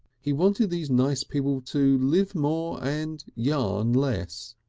he wanted these nice people to live more and yarn less.